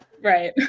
Right